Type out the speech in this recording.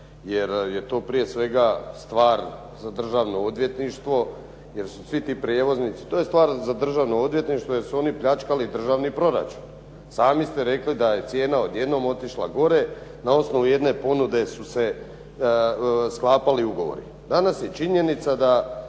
jer je to prije svega stvar za državno odvjetništvo jer su svi ti prijevoznici. To je stvar za državno odvjetništvo jer su oni pljačkali državni proračun. Sami ste rekli da je cijena odjednom otišla gore, na osnovu jedne ponude su se sklapali ugovori. Danas je činjenica da